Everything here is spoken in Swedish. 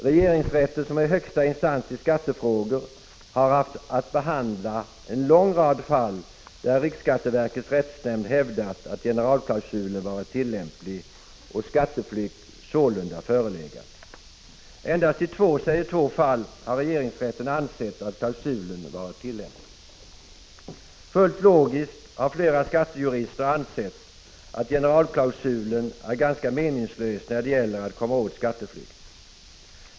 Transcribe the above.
Regeringsrätten, som är högsta instans i skattefrågor, har haft att behandla en lång rad fall där riksskatteverkets rättsnämnd hävdat att generalklausulen varit tillämplig och skatteflykt sålunda förelegat. Endast i två säger två fall har regeringsrätten ansett att klausulen varit tillämplig. Fullt logiskt har flera skattejurister ansett att generalklausulen är ganska meningslös när det gäller att komma åt skatteflykt.